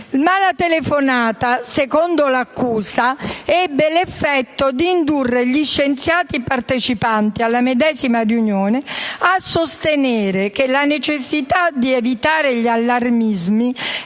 La telefonata, secondo l'accusa, ebbe l'effetto di indurre gli scienziati partecipanti alla medesima riunione a sostenere che la necessità di evitare gli allarmismi